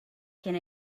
can